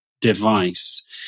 device